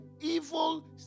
evil